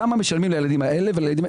כמה משלמים לילדים האלה ולילדים האלה.